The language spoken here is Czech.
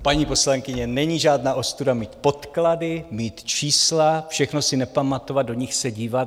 Paní poslankyně, není žádná ostuda mít podklady, mít čísla, všechno si nepamatovat, do nich se dívat.